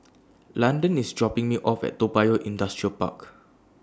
Landon IS dropping Me off At Toa Payoh Industrial Park